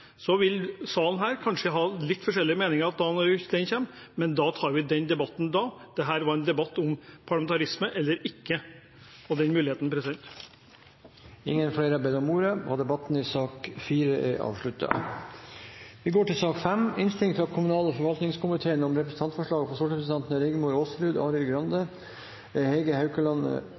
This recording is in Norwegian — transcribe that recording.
Så vil salen her kanskje ha litt forskjellige meninger når dette kommer, men vi tar den debatten da. Dette var en debatt om muligheten for parlamentarisme eller ikke. Flere har ikke bedt om ordet til sak nr. 4 Etter ønske fra kommunal- og forvaltningskomiteen vil presidenten foreslå at taletiden blir begrenset til 5 minutter til hver partigruppe og